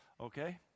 Okay